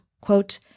quote